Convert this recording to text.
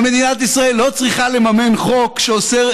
ומדינת ישראל לא צריכה לממן חוק שאוסר,